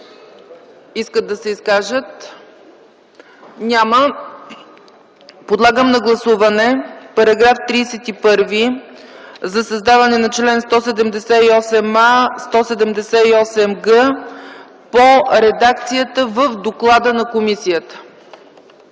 искат да се изкажат? Няма. Подлагам на гласуване § 31 за създаване на чл. 178а – 178г по редакцията в доклада на комисията.